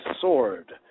sword